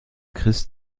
christ